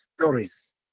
stories